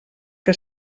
que